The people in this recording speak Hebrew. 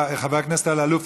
חבר הכנסת אלאלוף,